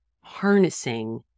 harnessing